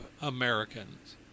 Americans